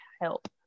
Help